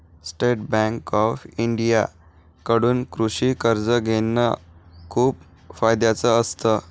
state Bank of India कडून कृषि कर्ज घेण खूप फायद्याच असत